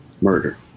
murder